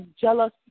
jealous